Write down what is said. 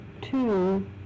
two